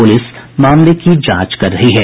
police मामले की जांच कर रही है